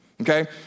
Okay